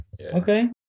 okay